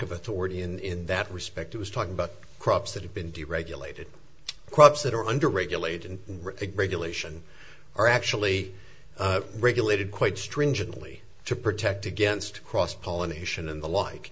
of authority in that respect it was talking about crops that have been deregulated crops that are under regulated regulation are actually regulated quite stringently to protect against cross pollination and the like